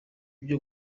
ibyo